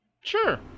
Sure